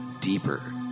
deeper